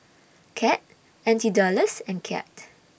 Cad N T Dollars and Kyat